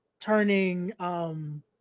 turning